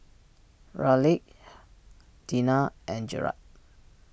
Raleigh Tina and Gerard